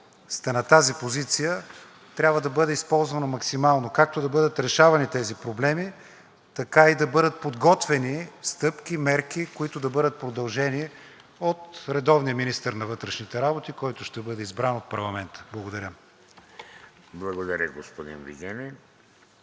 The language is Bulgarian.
сте на тази позиция, трябва да бъде използвано максимално – както да бъдат решавани тези проблеми, така и да бъдат подготвени стъпки и мерки, които да бъдат продължени от редовния министър на вътрешните работи, който ще бъде избран от парламента. Благодаря. ПРЕДСЕДАТЕЛ ВЕЖДИ